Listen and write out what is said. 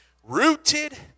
Rooted